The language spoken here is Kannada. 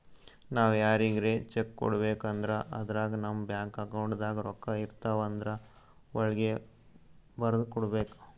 ನಾವ್ ಯಾರಿಗ್ರೆ ಚೆಕ್ಕ್ ಕೊಡ್ಬೇಕ್ ಅಂದ್ರ ಅದ್ರಾಗ ನಮ್ ಬ್ಯಾಂಕ್ ಅಕೌಂಟ್ದಾಗ್ ರೊಕ್ಕಾಇರ್ತವ್ ಆದ್ರ ವಳ್ಗೆ ಬರ್ದ್ ಕೊಡ್ಬೇಕ್